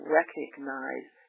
recognize